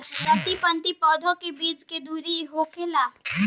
प्रति पंक्ति पौधे के बीच के दुरी का होला?